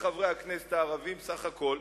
לחברי הכנסת הערבים בסך הכול.